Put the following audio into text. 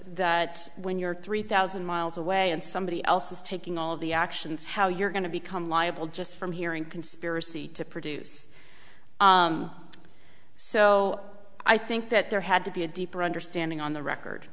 that when you're three thousand miles away and somebody else is taking all of the actions how you're going to become liable just from hearing conspiracy to produce so i think that there had to be a deeper understanding on the record